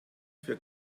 für